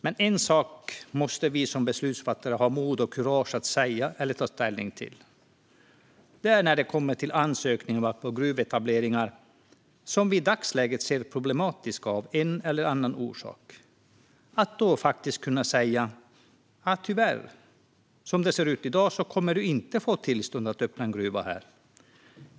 Men en sak måste vi som beslutsfattare ha kurage att säga eller ta ställning till, och det är när det kommer ansökningar om gruvetableringar som vi i dagsläget ser är problematiska av en eller en annan orsak. Då måste vi faktiskt kunna säga: "Tyvärr, som det ser ut i dag kommer du inte att få tillstånd att öppna en gruva här."